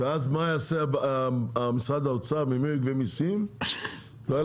ואז מה יעשה משרד האוצר, ממי הוא יגבה מסים?